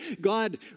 God